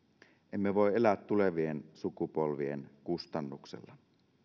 emme voi elää tulevien sukupolvien kustannuksella